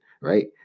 right